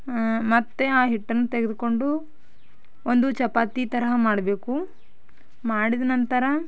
ಮತ್ತೆ ಆ ಹಿಟ್ಟನ್ನ ತೆಗೆದುಕೊಂಡು ಒಂದು ಚಪಾತಿ ತರಹ ಮಾಡಬೇಕು ಮಾಡಿದ ನಂತರ